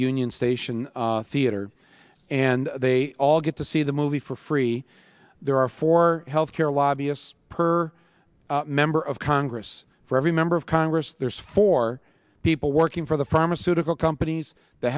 union station theater and they all get to see the movie for free there are four health care lobbyists per member of congress for every member of congress there's four people working for the pharmaceutical companies the